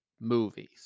Movies